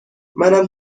منم